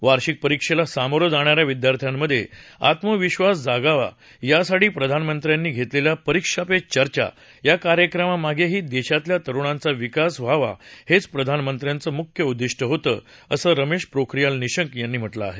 वार्षिक परिक्षेला सामोरं जाणाऱ्या विद्यार्थ्यांमधे आत्मविधास जागावा यासाठी प्रधानमंत्र्यांनी घेतलेल्या परीक्षा पे चर्चा या कार्यक्रमामागे ही देशातल्या तरुणांचा विकास व्हावा हेच प्रधानमंत्र्यांचं मुख्य उद्दिष्ट होतं असं रमेश पोखरियाल निशंक यांनी म्हटलं आहे